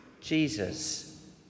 Jesus